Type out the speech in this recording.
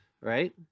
right